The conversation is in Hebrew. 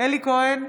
אלי כהן,